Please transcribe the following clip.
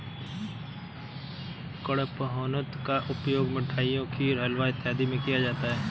कडपहनुत का उपयोग मिठाइयों खीर हलवा इत्यादि में किया जाता है